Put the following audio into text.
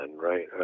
right